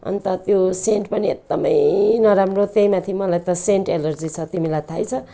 अन्त त्यो सेन्ट पनि एकदमै नराम्रो त्यही माथि मलाई त सेन्ट एलर्जी छ तिमीलाई थाहै छ